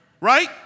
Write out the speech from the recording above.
Right